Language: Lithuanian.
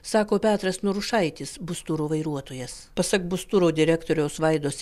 sako petras norušaitis busturo vairuotojas pasak busturo direktoriaus vaidos